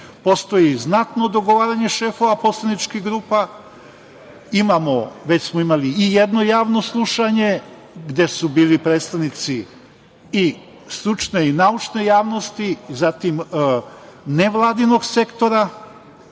Postoji znatno dogovaranje šefova poslaničkih grupa. Imamo, već smo imali i jedno javno slušanje gde su bili predstavnici i stručne i naučne javnosti, zatim nevladinog sektora.